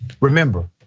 Remember